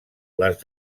les